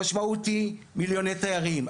המשמעות היא מיליוני תיירים,